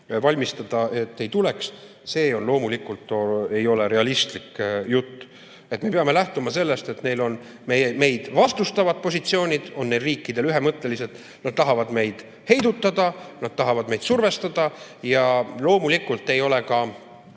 valmistuta, et ei tulda] –, see loomulikult ei ole realistlik jutt. Me peame lähtuma sellest, et need meievastased positsioonid on neil riikidel ühemõttelised: nad tahavad meid heidutada, kui nad tahavad meid survestada. Ja loomulikult ei ole ka